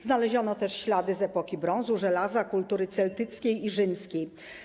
Znaleziono też ślady z epoki brązu, żelaza, kultury celtyckiej i rzymskiej.